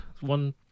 one